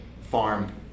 farm